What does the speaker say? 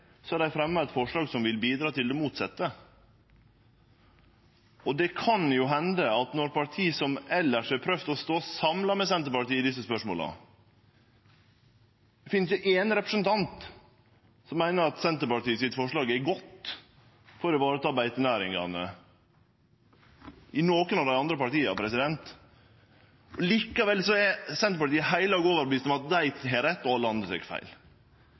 dei fremja eit forslag som vil bidra til det motsette. I parti som elles har prøvd å stå samla med Senterpartiet i desse spørsmåla, finn ein ikkje éin representant som meiner at Senterpartiets forslag er godt for å vareta beitenæringane – ikkje i nokon av dei andre partia. Likevel er Senterpartiet heilag overtydd om at dei har rett, og alle andre tek feil.